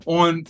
on